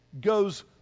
goes